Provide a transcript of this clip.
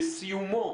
בסיומו